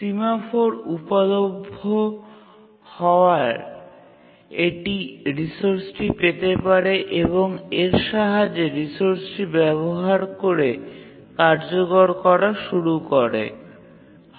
semaphore উপলভ্য হওয়ায় এটি রিসোর্সটি পেতে পারে এবং এর সাহায্যে রিসোর্সটি ব্যবহার করে কার্যকর করা শুরু হয়